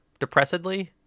depressedly